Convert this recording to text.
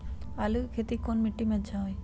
आलु के खेती कौन मिट्टी में अच्छा होइ?